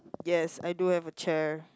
yes I do have a chair